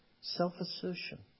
self-assertion